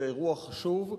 זה אירוע חשוב,